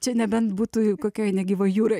čia nebent būtų kokioj negyvoj jūroj